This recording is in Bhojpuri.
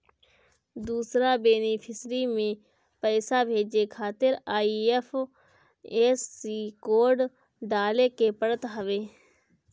दूसरा बेनिफिसरी में पईसा भेजे खातिर आई.एफ.एस.सी कोड डाले के पड़त हवे